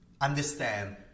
understand